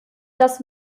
das